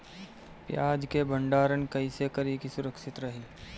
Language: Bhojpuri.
प्याज के भंडारण कइसे करी की सुरक्षित रही?